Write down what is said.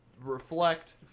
reflect